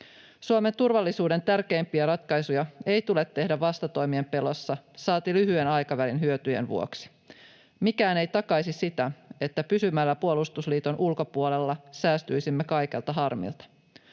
Suomen turvallisuuden tärkeimpiä ratkaisuja ei tule tehdä vastatoimien pelossa, saati lyhyen aikavälin hyötyjen vuoksi. Mikään ei takaisi sitä, että pysymällä puolustusliiton ulkopuolella, säästyisimme kaikelta harmilta.